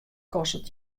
kostet